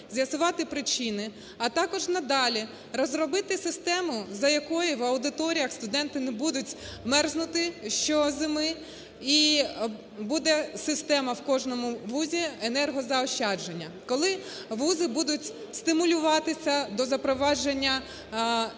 з'ясувати причини, а також надалі розробити систему, за якою в аудиторіях студенти не будуть мерзнути щозими і буде система в кожному вузі енергозаощадження, коли вузи будуть стимулюватися до запровадження ефективних